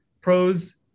pros